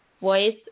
voice